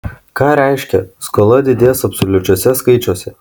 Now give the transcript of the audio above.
ką reiškia skola didės absoliučiuose skaičiuose